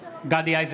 (קורא בשמות חברי הכנסת) גדי איזנקוט,